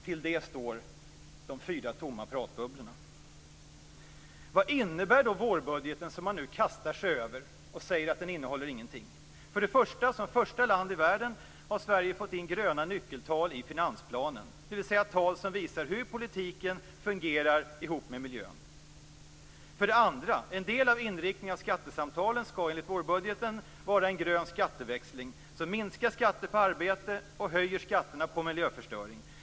Mot detta står de fyra tomma pratbubblorna. Vad innebär då vårbudgeten som man nu kastar sig över och säger att den inte innehåller någonting? För det första: Som första land i världen har Sverige fått in gröna nyckeltal i finansplanen, dvs. tal som visar hur politiken fungerar ihop med miljön. För det andra: En av inriktningarna på skattesamtalen skall, enligt vårbudgeten, vara en grön skatteväxling som minskar skatterna på arbete och höjer skatterna på miljöförstöring.